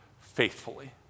faithfully